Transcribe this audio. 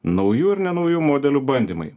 naujų ir ne naujų modelių bandymai